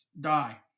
die